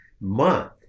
month